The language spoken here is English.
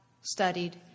studied